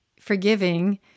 forgiving